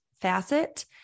facet